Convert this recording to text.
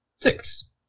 Six